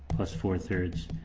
plus four thirds,